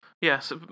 Yes